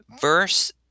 verse